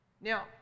now